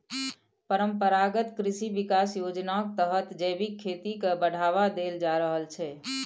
परंपरागत कृषि बिकास योजनाक तहत जैबिक खेती केँ बढ़ावा देल जा रहल छै